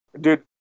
dude